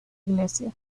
iglesia